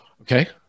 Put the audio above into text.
Okay